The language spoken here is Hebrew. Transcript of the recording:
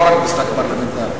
לא רק המשחק הפרלמנטרי,